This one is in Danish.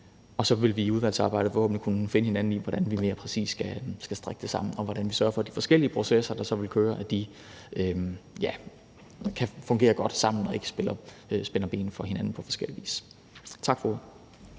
Og så vil vi i udvalgsarbejdet forhåbentlig kunne finde hinanden, i forhold til hvordan vi præcis skal strikke det sammen, og hvordan vi sørger for, at de forskellige processer, der så vil køre, kan fungere godt sammen og ikke spænder ben for hinanden på forskellig vis. Tak for ordet.